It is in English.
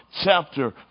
chapter